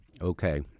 okay